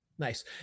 Nice